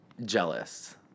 jealous